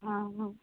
ہاں ہاں